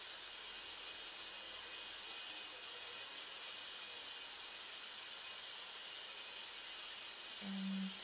mm